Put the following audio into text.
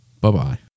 bye-bye